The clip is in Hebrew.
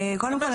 קודם כל,